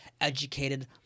educated